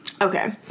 Okay